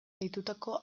deitutako